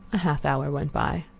a half-hour went by.